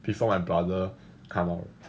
before my brother come out